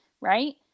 right